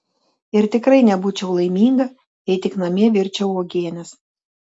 ir tikrai nebūčiau laiminga jei tik namie virčiau uogienes